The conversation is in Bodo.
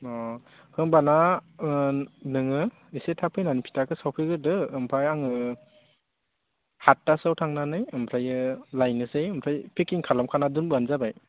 अ होनबाना नोङो एसे थाब फैनानै फिथाखौ सावफैग्रोदो ओमफ्राय आङो सातथासोआव थांनानै ओमफ्रायो लायनोसै ओमफ्राय पेकिं खालाम खाना दोनबानो जाबाय